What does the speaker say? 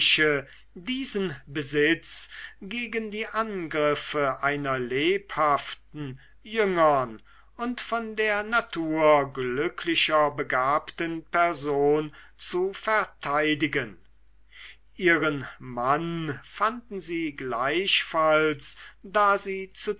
diesen besitz gegen die angriffe einer lebhaften jüngern und von der natur glücklicher begabten person zu verteidigen ihren mann fanden sie gleichfalls da sie